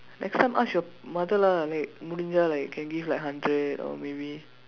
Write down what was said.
next time ask your mother lah like முடிஞ்சா:mudinjsaa like can give like hundred or maybe